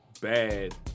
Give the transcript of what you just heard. bad